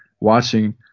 watching